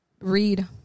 read